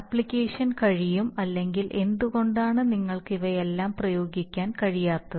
അപേക്ഷിക്കാൻ കഴിയും അല്ലെങ്കിൽ എന്തുകൊണ്ടാണ് നിങ്ങൾക്ക് ഇവയെല്ലാം പ്രയോഗിക്കാൻ കഴിയാത്തത്